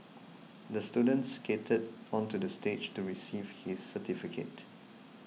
the student skated onto the stage to receive his certificate